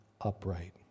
upright